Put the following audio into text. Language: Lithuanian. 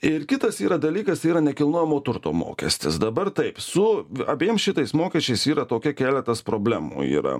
ir kitas yra dalykas yra nekilnojamo turto mokestis dabar taip su abiem šitais mokesčiais yra tokia keletas problemų yra